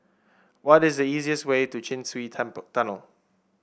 what is the easiest way to Chin Swee Temple Tunnel